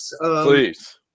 Please